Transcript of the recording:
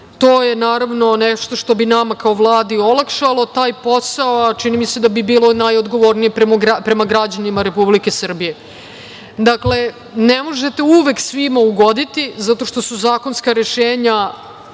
To je nešto što bi nama, kao Vladi, olakšalo taj posao, a čini mi se da bi bilo najodgovornije prema građanima Republike Srbije. Dakle, ne možete uvek svima ugoditi zato što su zakonska rešenja